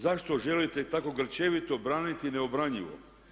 Zašto želite tako grčevito braniti neobranjivo?